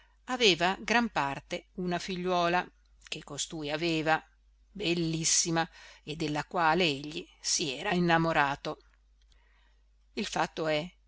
aveva gran parte una figliuola che costui aveva bellissima e della quale egli si era innamorato il fatto è